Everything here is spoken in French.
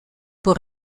pour